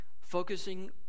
Focusing